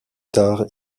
tard